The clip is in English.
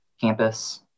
campus